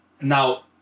now